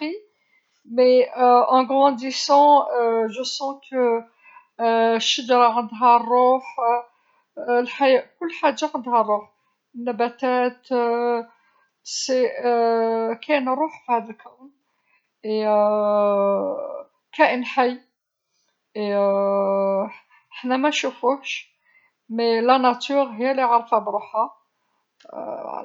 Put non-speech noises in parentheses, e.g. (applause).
(hesitation) لقد تعلمنا أنه هو الإله الصالح ونريده أن يكون كذلك لأن هكذا علمنا آباؤنا ولكن كبرت (hesitation) وعرف انه الشجرة عندها الروح الح- كل حاجة عندها الروح النبتات (hesitation) س- كاين الروح في هذ الكون كاين (hesitation) كائن حي و (hesitation) حنا منشفوهش ولكن الطبيعة هيا اللي عارفة بروحها هذا هوا.